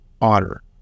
otter